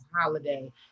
holiday